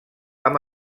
amb